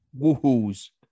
Woohoo's